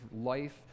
life